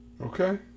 Okay